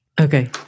Okay